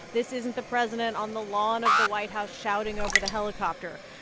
this isn't the president on the lawn of the white house shouting over the helicopter.